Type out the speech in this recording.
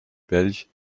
belge